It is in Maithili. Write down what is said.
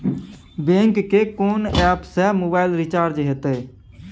बैंक के कोन एप से मोबाइल रिचार्ज हेते?